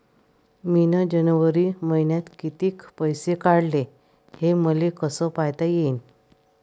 मिन जनवरी मईन्यात कितीक पैसे काढले, हे मले कस पायता येईन?